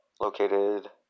located